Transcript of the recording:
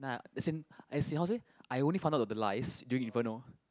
nah as in as in how to say I only found out of the lies during even orh